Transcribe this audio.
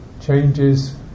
Changes